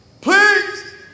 please